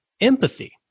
empathy